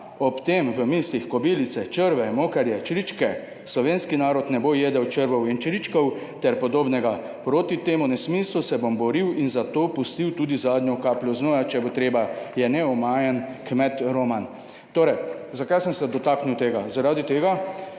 ob tem v mislih kobilice, črve, mokarje, čričke? Slovenski narod ne bo jedel črvov in čričkov ter podobnega. Proti temu nesmislu se bom boril in za to pustil tudi zadnjo kapljo znoja, če bo treba." Je neomajen kmet Roman. Torej, zakaj sem se dotaknil tega? Zaradi tega,